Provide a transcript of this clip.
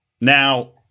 now